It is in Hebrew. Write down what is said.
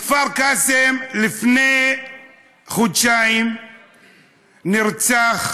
בכפר קאסם לפני חודשיים נרצח